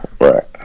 right